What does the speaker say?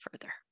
further